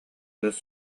кыыс